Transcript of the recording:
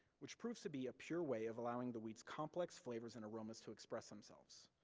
which proves to be a pure way of allowing the wheat's complex flavors and aromas to express themselves.